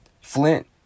Flint